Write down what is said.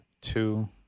Two